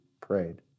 prayed